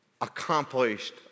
accomplished